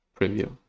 preview